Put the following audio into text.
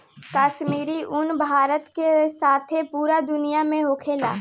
काश्मीरी उन भारत के साथे पूरा दुनिया में होखेला